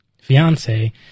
fiance